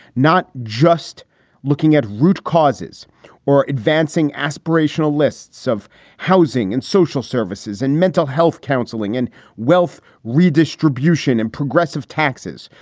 not just looking at root causes or advancing aspirational lists of housing and social services and mental health counselling and wealth redistribution and progressive taxes.